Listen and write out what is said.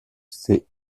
ces